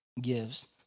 gives